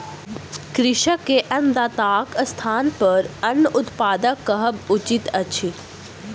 कृषक के अन्नदाताक स्थानपर अन्न उत्पादक कहब उचित अछि